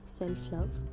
self-love